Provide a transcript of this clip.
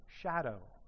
shadow